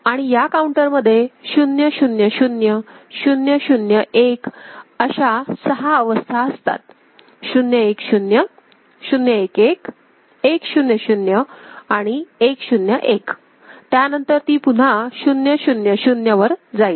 आणि या काउंटरमध्ये 000 001 अशा सहा अवस्था असतात 010 011 100 आणि 101 त्यानंतर ती पुन्हा 000 वर जाईल